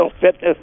fitness